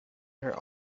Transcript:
her